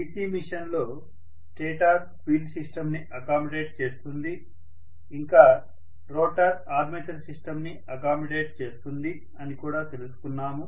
DC machine లో stator field system ని accommodate చేస్తుంది ఇంకా రోటర్ ఆర్మేచర్ సిస్టమ్ ని అకామిడేట్ చేస్తుంది అని కూడా తెలుసుకున్నాము